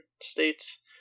states